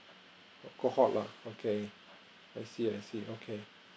cohort lah I see I see okay